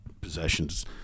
possessions